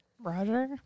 Roger